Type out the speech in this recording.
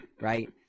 right